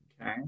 Okay